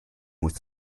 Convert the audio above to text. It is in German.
muss